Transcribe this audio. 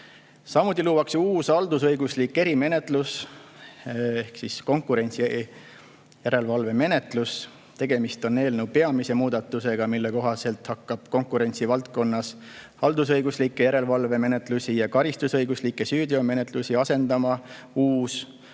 Samuti luuakse uus haldusõiguslik erimenetlus ehk konkurentsijärelevalve menetlus. Tegemist on eelnõu peamise muudatusega, mille kohaselt hakkab konkurentsi valdkonnas haldusõiguslikke järelevalvemenetlusi ja karistusõiguslikke süüteomenetlusi asendama uus